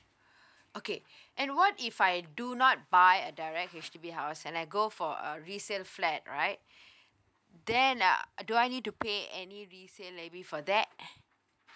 okay and what if I do not buy a direct H_D_B house and I go for a resale flat right then uh do I need to pay any resale levy for that